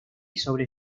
sobre